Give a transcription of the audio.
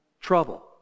trouble